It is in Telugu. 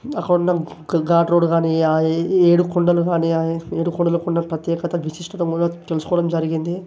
అక్కడున్న ఘాట్ రోడ్ కానీ ఈ ఏడు కొండలు కానీ ఏడుకొండలకున్న ప్రత్యేకత విశిష్టత కూడా తెలుసుకోవడం జరిగింది